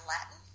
Latin